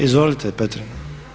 Izvolite Petrina.